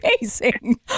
amazing